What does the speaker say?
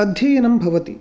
अध्ययनं भवति